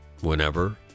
whenever